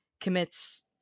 commits